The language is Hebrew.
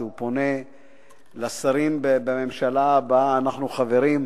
כשהוא פונה לשרים בממשלה שבה אנו חברים,